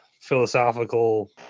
philosophical